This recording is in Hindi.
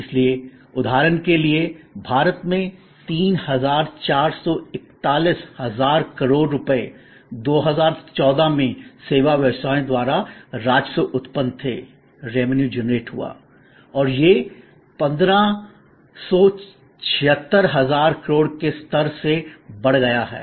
इसलिए उदाहरण के लिए भारत में 3441 हजार करोड़ रुपये 2014 में सेवा व्यवसायों द्वारा राजस्व उत्पन्न थे रेवेनुए जनरेटेड revenue generated और यह 1576 हजार करोड़ के स्तर से बढ़ गया है